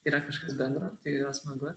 yra kažkas bendro tai yra smagu